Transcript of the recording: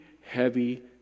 heavy